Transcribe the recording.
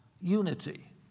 unity